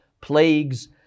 plagues